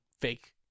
fake